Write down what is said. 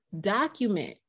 document